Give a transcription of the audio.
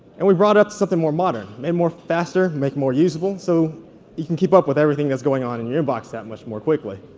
and we've brought up something more modern, made it more faster, make more usable. so you can keep up with everything that's going on in your inbox that much more quickly.